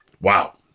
Wow